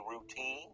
routine